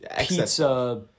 pizza